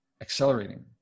accelerating